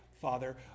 Father